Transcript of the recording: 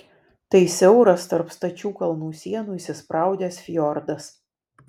tai siauras tarp stačių kalnų sienų įsispraudęs fjordas